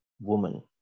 woman